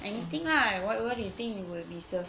anything lah what you think you will be served